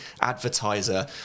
advertiser